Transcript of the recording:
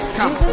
come